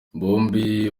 bombi